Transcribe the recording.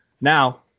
Now